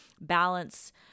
balance